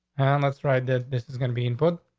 and that's right, that this is going to be important.